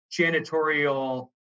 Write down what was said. janitorial